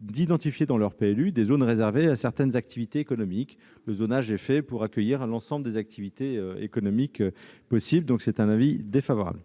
d'identifier dans leur PLU des zones réservées à certaines activités économiques. Le zonage est fait pour accueillir l'ensemble des activités économiques possibles. L'avis est défavorable.